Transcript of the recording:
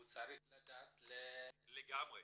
הוא צריך לדעת --- לגמרי.